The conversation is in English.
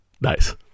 Nice